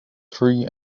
three